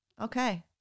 Okay